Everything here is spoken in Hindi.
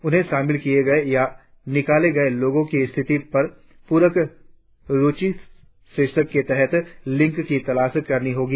उन्हें शामिल किए गए या निकाले गए लोगों की स्थिति की पूरक सूची शीर्षक के तहत लिंक की तलाश करनी होगी